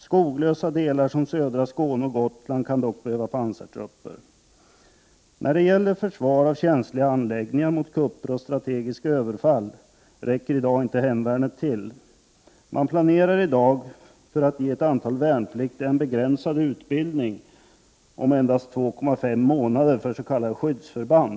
Skoglösa delar som södra Skåne och Gotland kan dock behöva pansartrupper. För försvar av känsliga anläggningar mot kupper och strategiska överfall räcker i dag inte hemvärnet till. Man planerar nu för att ge ett antal värnpliktiga en begränsad utbildning om endast två och en halv månad för s.k. skyddsförband.